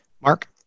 Mark